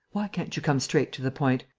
why can't you come straight to the point?